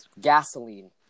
gasoline